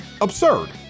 absurd